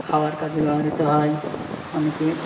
খাওয়ার কাজে ব্যবহৃত হয় অনেকে